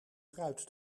fruit